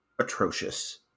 atrocious